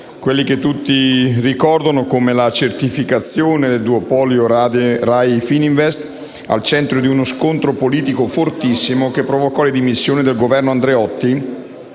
quella che tutti ricordano come la certificazione del duopolio RAI-Fininvest, al centro di uno scontro politico fortissimo, che provocò le dimissioni dal Governo Andreotti,